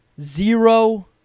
Zero